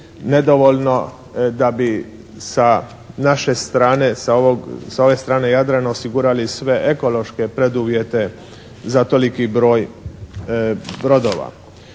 nedovoljno da bi sa naše strane, sa ove strane Jadrana osigurale sve ekološke preduvjete za toliki broj brodova.